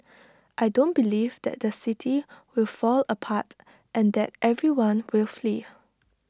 I don't believe that the city will fall apart and that everyone will flee